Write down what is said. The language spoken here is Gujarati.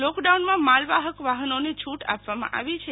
લોકડાઉનમાં માલવાહક વાહનોને છૂટ આપવામાં આવી છે